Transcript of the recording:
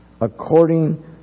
according